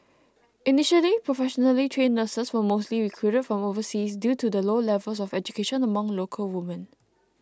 initially professionally trained nurses were mostly recruited from overseas due to the low levels of education among local women